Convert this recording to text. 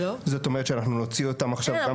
זאת אומרת שאנחנו נוציא אותם עכשיו גם כן